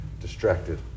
distracted